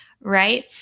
Right